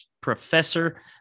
professor